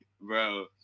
Bro